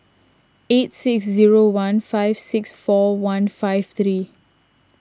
eight six zero one five six four one five three